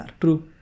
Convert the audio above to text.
true